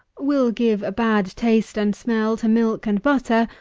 will give a bad taste and smell to milk and butter,